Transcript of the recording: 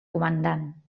comandant